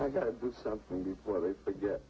i gotta do something before they